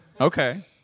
Okay